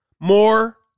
More